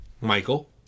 Michael